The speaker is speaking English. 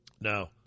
now